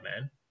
man